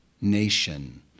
nation